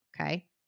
Okay